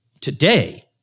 today